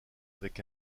avec